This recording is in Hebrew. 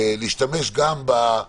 להשתמש גם בזה